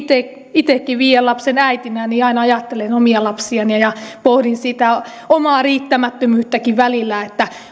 itsekin viiden lapsen äitinä aina ajattelen omia lapsiani pohdin sitä omaa riittämättömyyttäkin välillä